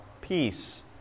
peace